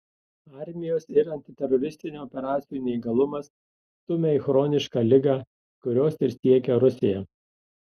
armijos ir antiteroristinių operacijų neįgalumas stumia į chronišką ligą kurios ir siekia rusija